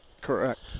Correct